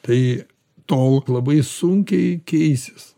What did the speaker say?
tai tol labai sunkiai keisis